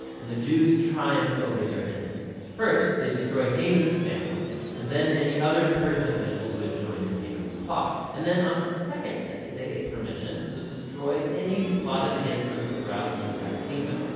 and the jews triumph over their enemies. first, they destroy haman's family and then any other persian officials who had joined in haman's plot. and then on a second day, they get permission to destroy any who plotted against them throughout the entire kingdom.